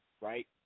right